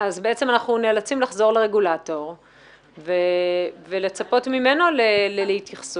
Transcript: בעצם אנחנו נאלצים לחזור לרגולטור ולצפות ממנו להתייחסות.